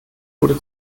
gute